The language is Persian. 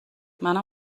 منم